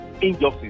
injustice